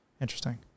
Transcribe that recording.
Interesting